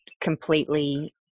completely